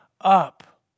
up